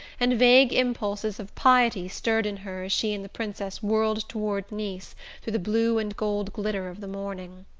and vague impulses of piety stirred in her as she and the princess whirled toward nice through the blue and gold glitter of the morning.